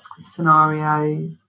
scenario